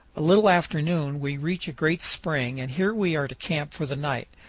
a little after noon we reach a great spring, and here we are to camp for the night,